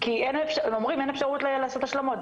הם אומרים שאין אפשרות לעשות השלמות.